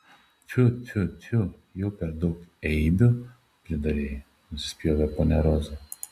tfiu tfiu tfiu jau per daug eibių pridarei nusispjovė ponia roza